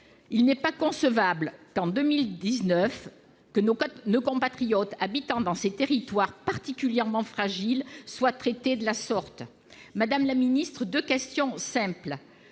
Il n'est pas concevable, en 2019, que nos compatriotes habitant dans ces territoires particulièrement fragiles soient traités de la sorte. Madame la ministre, je vous poserai deux questions simples.